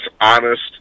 honest